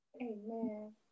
amen